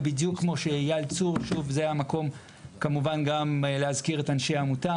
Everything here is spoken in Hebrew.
ובדיוק כמו שאייל צור וזה המקום כמובן גם להזכיר את אנשי העמותה,